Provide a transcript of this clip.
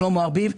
שלמה ארביב,